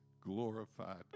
glorified